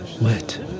wet